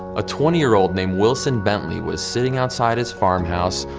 a twenty year old named wilson bentley was sitting outside his farmhouse,